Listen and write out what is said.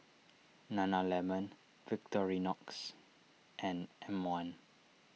Nana Lemon Victorinox and M one